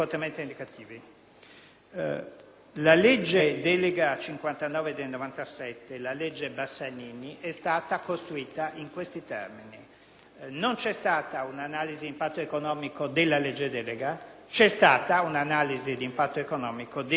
La legge delega n. 59 del 1997, la legge Bassanini, è stata costruita in questi termini: non c'è stata un'analisi d'impatto economico della legge delega, mentre c'è stata un'analisi d'impatto economico dei decreti attuativi.